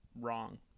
wrong